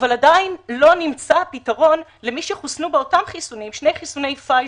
עדיין לא נמצא פתרון כדי שחיילים בודדים שחוסנו בשני חיסוני "פייזר"